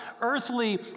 earthly